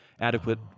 adequate